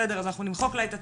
בסדר אז אנחנו נמחק לה את הצבע,